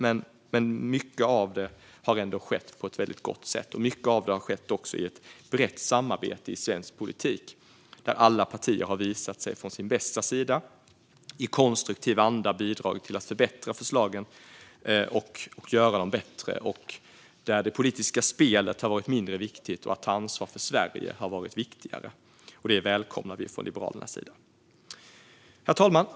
Men mycket av det har ändå skett på ett väldigt gott sätt. Mycket av det har också skett i ett brett samarbete i svensk politik där alla partier har visat sig från sin bästa sida och i konstruktiv anda bidragit till att förbättra. Där har det politiska spelet varit mindre viktigt, och att ta ansvar för Sverige har varit viktigare. Det välkomnar vi från Liberalernas sida. Herr talman!